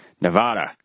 Nevada